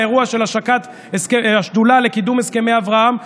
באירוע של השקת השדולה לקידום הסכמי אברהם,